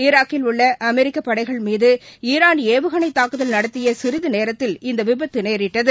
ஈராக்கில் உள்ள அமெரிக்க படைகள் மீது ஈரான் ஏவுகணை தாக்குதல் நடத்திய சிறிது நேரத்தில் இந்த விபத்து நேரிட்டது